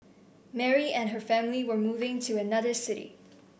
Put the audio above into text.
Mary and her family were moving to another city